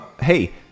Hey